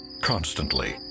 Constantly